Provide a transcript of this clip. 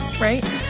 Right